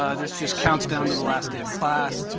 ah this just counts down to the last day of class.